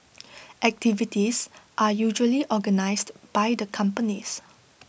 activities are usually organised by the companies